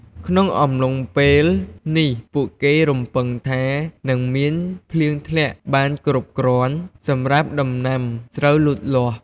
ក្នុងអំឡុងពេលនេះ ពួកគេរំពឹងថា នឹងមានភ្លៀងធ្លាក់បានគ្រប់គ្រាន់សម្រាប់ដំណាំស្រូវលូតលាស់។